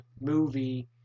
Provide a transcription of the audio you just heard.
movie